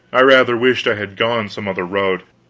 i rather wished i had gone some other road.